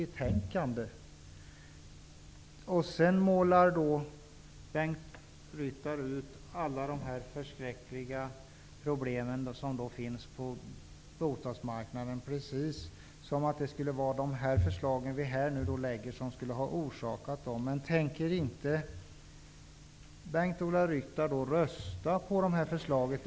Bengt-Ola Ryttar målar upp alla de förskräckliga problem som finns på bostadsmarknaden precis som om de skulle ha orsakats av de förslag som vi nu lägger fram. Tänker inte Bengt-Ola Ryttar rösta för det här förslaget?